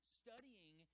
studying